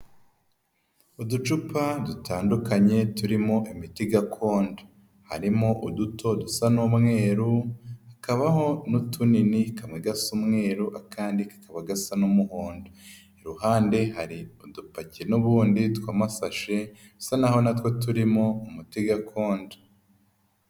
Uducupa dutandukanye turimo imiti gakondo harimo uduto dusa n'umweru, hakabaho n'utunini kamwe gasa umweru akandi kakaba gasa n'umuhondo, iruhande hari udupaki n'ubundi tw'amasashe bisa naho na two turimo umuti gakondo.